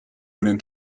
within